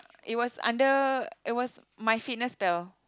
it was under it was my scissors fell